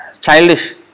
childish